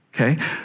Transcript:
okay